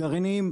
בגרעינים,